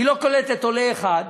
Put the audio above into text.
היא לא קולטת עולה אחד